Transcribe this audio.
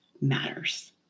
matters